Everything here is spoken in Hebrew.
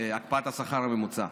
הקפאת השכר הממוצע.